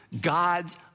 God's